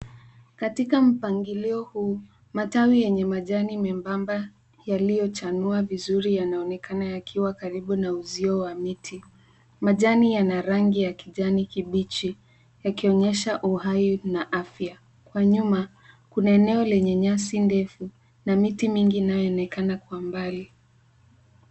Katika mpangilio huu, matawi yenye majani membamba yaliyochanua vizuri yanaonekana yakiwa karibu na uzio wa miti. Majani yana rangi ya kijani kibichi yakionyesha uhai na afya. Kwa nyuma kuna eneo lenya nyasi ndefu na miti mingi inayoonekana kwa umbali.